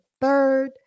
third